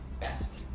best